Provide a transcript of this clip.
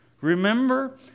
Remember